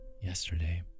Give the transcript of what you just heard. yesterday